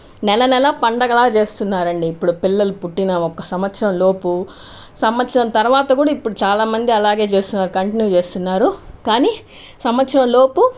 నెల నెలా పండగలా చేస్తున్నారండీ ఇప్పుడు పిల్లలు పుట్టిన ఒక సంవత్సరంలోపు సంవత్సరం తర్వాత కూడా ఇప్పుడు చాలా మంది అలాగే చేస్తున్నారు కంటిన్యూ చేస్తున్నారు కానీ సంవత్సరం లోపు